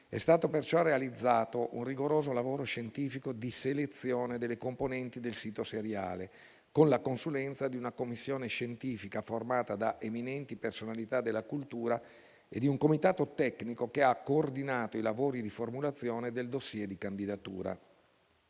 È stato perciò realizzato un rigoroso lavoro scientifico di selezione delle componenti del sito seriale, con la consulenza di una commissione scientifica formata da eminenti personalità della cultura e di un comitato tecnico che ha coordinato i lavori di formulazione del *dossier* di candidatura.